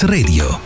Radio